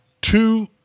two